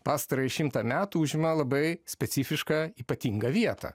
pastarąjį šimtą metų užima labai specifišką ypatingą vietą